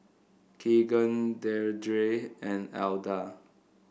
Keegan Deirdre and Alda